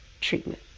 treatment